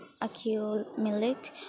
accumulate